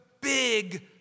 big